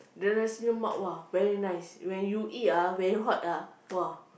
the nasi-lemak !wah! very nice when you eat ah very hot ah !wah!